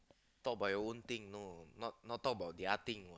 talk about your own thing you know not not talk about the other thing